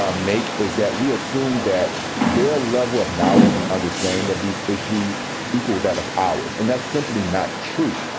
um make, is that we assume that their level of knowledge and understanding of these issues equal that of ours and that's simply not true.